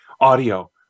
audio